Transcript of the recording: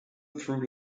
through